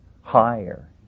higher